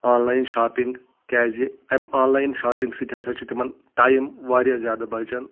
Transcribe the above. online shopping کیازِ امہِ online shopping سۭتۍ ہسا چھُ تِمن ٹایم واریاہ زیادٕ بَچن